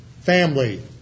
family